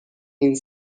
این